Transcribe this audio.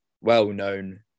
well-known